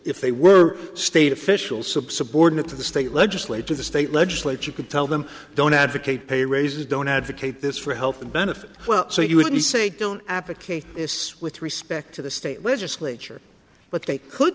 if they were state officials subordinate to the state legislature the state legislature could tell them don't advocate pay raises don't advocate this for health benefit well so you would say don't advocate this with respect to the state legislature but they could